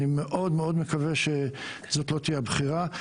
אני מאוד מאוד מקווה שזאת לא תהיה הבחירה.